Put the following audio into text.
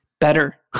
better